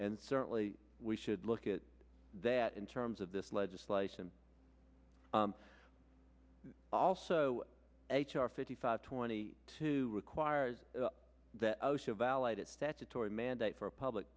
and certainly we should look at that in terms of this legislation also h r fifty five twenty two requires that osha violated statutory mandate for public